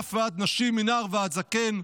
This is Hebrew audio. מטף ועד נשים, מנער ועד זקן,